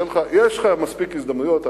יש לך מספיק הזדמנויות.